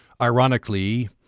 Ironically